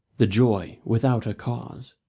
the joy without a cause.